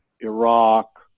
Iraq